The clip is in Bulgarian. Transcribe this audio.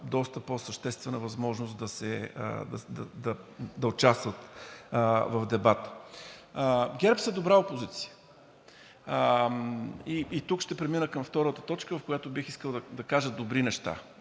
доста по-съществена възможност да участват в дебата. ГЕРБ са добра опозиция. Тук ще премина към втората точка, в която бих искал да кажа добри неща.